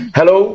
Hello